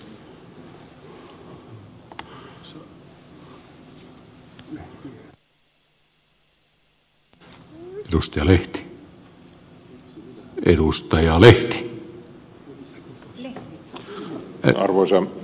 arvoisa herra puhemies